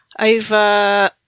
Over